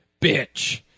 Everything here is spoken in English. bitch